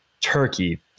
turkey